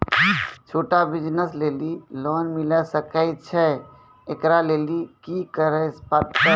छोटा बिज़नस लेली लोन मिले सकय छै? एकरा लेली की करै परतै